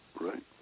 right